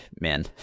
man